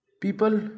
people